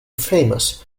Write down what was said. famous